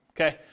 okay